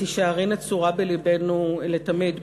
את תישארי נצורה בלבנו לתמיד,